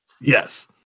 yes